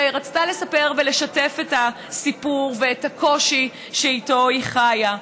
ורצתה לספר ולשתף את הסיפור ואת הקושי שאיתו היא חיה.